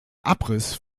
abriss